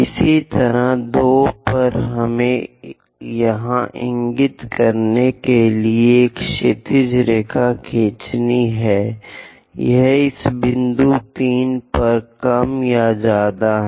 इसी तरह 2 पर हमें यह इंगित करने के लिए एक क्षैतिज रेखा खींचनी है कि यह इस बिंदु 3 पर कम या ज्यादा है